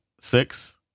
six